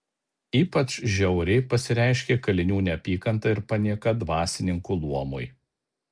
ypač žiauriai pasireiškė kalinių neapykanta ir panieka dvasininkų luomui